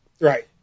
Right